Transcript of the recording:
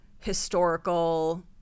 Historical